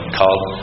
called